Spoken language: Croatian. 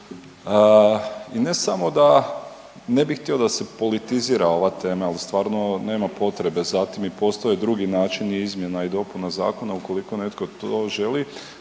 i ne samo da ne bi htio da se politizira ova tema jel stvarno nema potrebe za tim i postoje drugi načini izmjena i dopuna zakona ukoliko netko to želi.